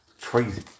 crazy